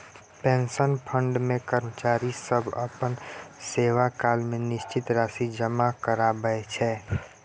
pension fund मे कर्मचारी सब अपना सेवाकाल मे निश्चित राशि जमा कराबै छै